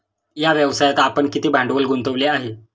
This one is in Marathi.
या व्यवसायात आपण किती भांडवल गुंतवले आहे?